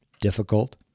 Difficult